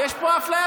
ויש פה אפליה,